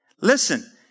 Listen